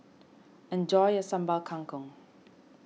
enjoy your Sambal Kangkong